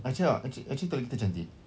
actually uh actual~ actually toilet kita cantik